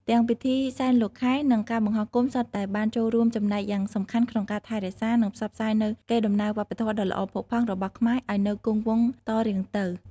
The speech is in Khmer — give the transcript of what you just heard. ទាំងពិធីសែនលោកខែ និងការបង្ហោះគោម សុទ្ធតែបានចូលរួមចំណែកយ៉ាងសំខាន់ក្នុងការថែរក្សា និងផ្សព្វផ្សាយនូវកេរ្តិ៍ដំណែលវប្បធម៌ដ៏ល្អផូរផង់របស់ខ្មែរឲ្យនៅគង់វង្សតរៀងទៅ។